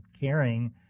caring